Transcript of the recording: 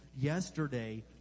yesterday